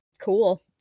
cool